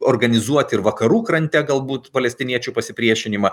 organizuoti ir vakarų krante galbūt palestiniečių pasipriešinimą